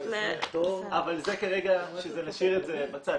--- אבל זה כרגע נשאיר את זה בצד,